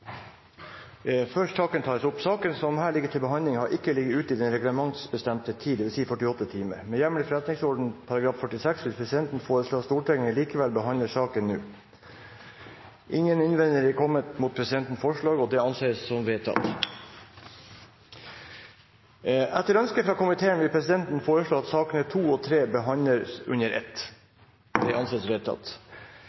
behandling, har ikke ligget ute i den reglementsbestemte tid, dvs. 48 timer. Med hjemmel i forretningsordenen § 46 vil presidenten foreslå at Stortinget likevel behandler denne saken nå. – Det er ikke kommet noen innvendinger mot presidentens forslag, og det anses vedtatt. Etter ønske fra kommunal- og forvaltningskomiteen vil presidenten foreslå at sakene nr. 2 og 3 behandles under ett.